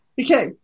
Okay